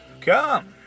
Come